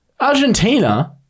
Argentina